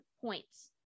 points